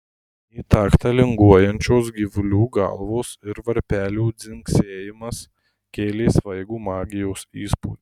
į taktą linguojančios gyvulių galvos ir varpelių dzingsėjimas kėlė svaigų magijos įspūdį